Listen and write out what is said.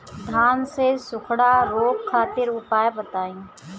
धान के सुखड़ा रोग खातिर उपाय बताई?